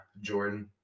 Jordan